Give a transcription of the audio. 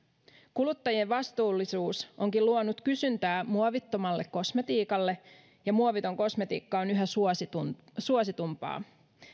kuluttajien vastuullisuus onkin luonut kysyntää muovittomalle kosmetiikalle ja muoviton kosmetiikka on yhä suositumpaa suositumpaa